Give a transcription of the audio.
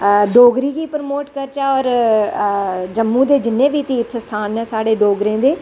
डोगरी गी प्रमोट करचै और जम्मू दे जिन्नें बी तीर्थ स्थान नै साढ़े डोगरें दे